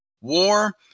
War